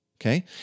okay